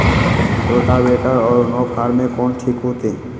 Rotavator और नौ फ़ार में कौन ठीक होतै?